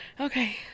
okay